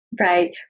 Right